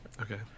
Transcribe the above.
Okay